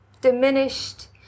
diminished